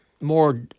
more